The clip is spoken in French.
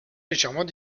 légèrement